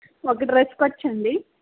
ఒక డ్రెస్కి వచ్చండి